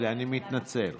אני מבקש להקריא בפניכם,